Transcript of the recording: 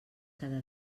cada